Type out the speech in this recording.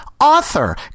author